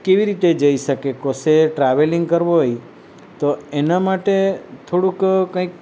કેવી રીતે જઈ શકે કોશે ટ્રાવેલિંગ કરવું હોય તો એના માટે થોડુંક કંઈક